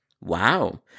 Wow